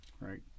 Right